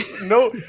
no